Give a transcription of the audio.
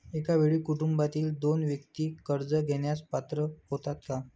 एका वेळी कुटुंबातील दोन व्यक्ती कर्ज घेण्यास पात्र होतात का?